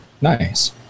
Nice